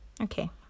okay